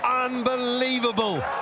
Unbelievable